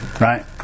right